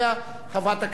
חברת הכנסת אבקסיס,